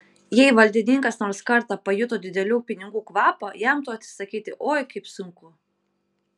jei valdininkas nors kartą pajuto didelių pinigų kvapą jam to atsisakyti oi kaip sunku